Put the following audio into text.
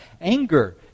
Anger